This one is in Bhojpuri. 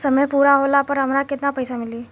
समय पूरा होला पर हमरा केतना पइसा मिली?